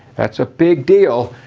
that's a big deal.